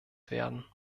werden